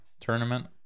Tournament